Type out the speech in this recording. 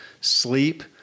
sleep